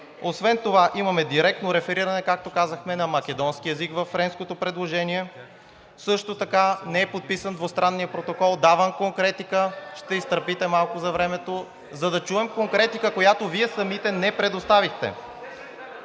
Освен това имаме директно рефериране, както казахме, на македонски език във френското предложение. Също така не е подписан двустранният протокол. Давам конкретика. РЕПЛИКИ: Времето! АНГЕЛ ГЕОРГИЕВ: Ще изтърпите малко за времето, за да чуем конкретиката, която Вие самите не предоставихте.